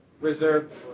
Reserved